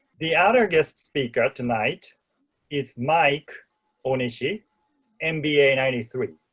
the other guest speaker tonight is mike onishi and mba ninety three,